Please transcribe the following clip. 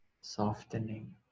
softening